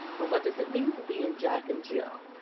well, what does it mean to be in jack and jill?